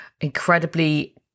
incredibly